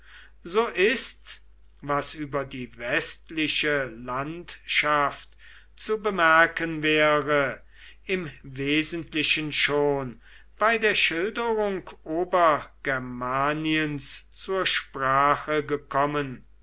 so ist was über die westliche landschaft zu bemerken wäre im wesentlichen schon bei der schilderung obergermaniens zur sprache gekommen